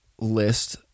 list